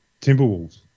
Timberwolves